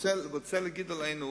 רוצה להגיד עלינו